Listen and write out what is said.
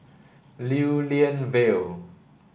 Lew Lian Vale